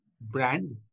brand